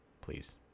please